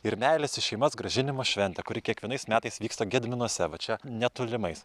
ir meilės į šeimas grąžinimo šventę kuri kiekvienais metais vyksta gedminuose va čia netolimais